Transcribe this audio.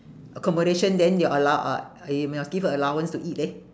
accommodation then your allow~ uh uh you must give her allowance to eat leh